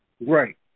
Right